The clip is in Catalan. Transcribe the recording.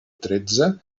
tretze